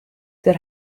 der